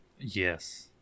yes